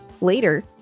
Later